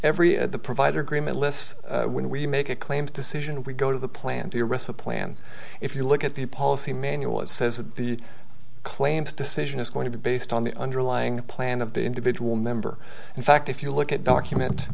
every ad the provider agreement lists when we make a claims decision we go to the plan to wrestle plan if you look at the policy manual it says that the claims decision is going to be based on the underlying plan of the individual member in fact if you look at document